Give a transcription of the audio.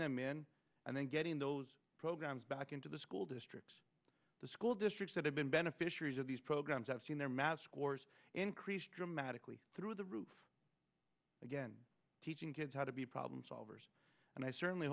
them in and then getting those programs back into the school districts the school districts that have been beneficiaries of these programs have seen their mass course increase dramatically through the roof again teaching kids how to be problem solvers and i certainly